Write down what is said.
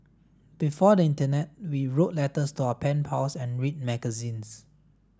before the internet we wrote letters to our pen pals and read magazines